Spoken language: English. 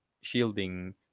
shielding